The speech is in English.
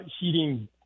heating